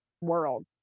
world